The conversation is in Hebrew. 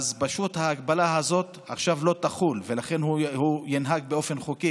אז פשוט ההגבלה הזאת לא תחול עכשיו והוא ינהג באופן חוקי,